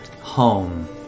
home